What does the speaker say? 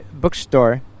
Bookstore